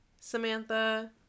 Samantha